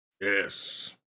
Yes